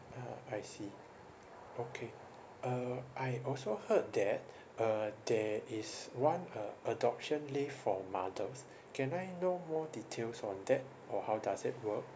ah I see okay uh I also heard that uh there is one uh adoption leave for mothers can I know more details on that or how does it work